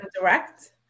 direct